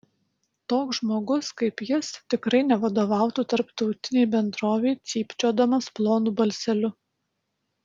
toks žmogus kaip jis tikrai nevadovautų tarptautinei bendrovei cypčiodamas plonu balseliu